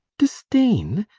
disdain!